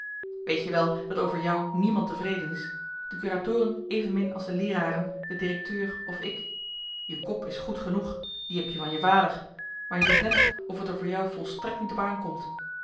weet je wel dat over jou niemand tevreden is de curatoren evenmin als de leeraren de directeur of ik je kop is goed genoeg die heb je van je vader maar je doet net of t er voor jou volstrekt niet op aankomt